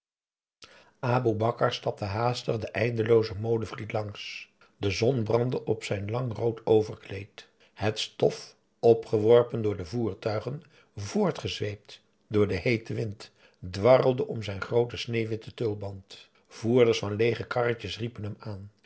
aboe bakar stapte haastig den eindeloozen molenvliet langs de zon brandde op zijn lang rood overkleed het stof opgeworpen door de voertuigen voortgezweept door den heeten wind dwarrelde om zijn grooten sneeuwwitten tulband voerders van leege karretjes riepen hem aan